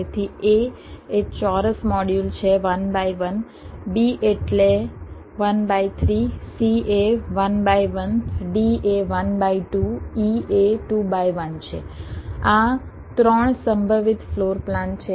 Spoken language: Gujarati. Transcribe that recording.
તેથી A એ ચોરસ મોડ્યુલ છે 1 બાય 1 B એટલે 1 બાય 3 C એ 1 બાય 1 D એ 1 બાય 2 E એ 2 બાય 1 છે આ 3 સંભવિત ફ્લોર પ્લાન છે